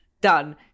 Done